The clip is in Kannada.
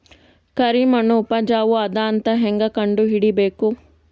ಕರಿಮಣ್ಣು ಉಪಜಾವು ಅದ ಅಂತ ಹೇಂಗ ಕಂಡುಹಿಡಿಬೇಕು?